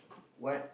what